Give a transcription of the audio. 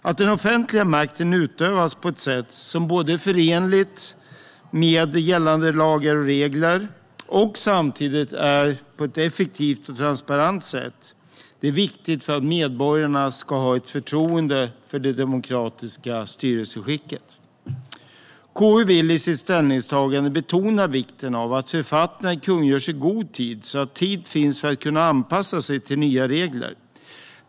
Att den offentliga makten utövas på ett sätt som är förenligt med gällande lagar och regler och samtidigt effektivt och transparent är viktigt för att medborgarna ska ha förtroende för det demokratiska styrelseskicket. KU vill i sitt ställningstagande betona vikten av att författningar kungörs i god tid så att tid finns för att kunna anpassa sig till nya regler.